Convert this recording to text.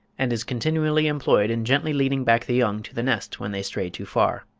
and is continually employed in gently leading back the young to the nest, when they stray too far.